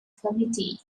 committee